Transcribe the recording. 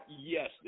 Yes